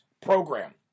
Program